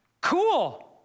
Cool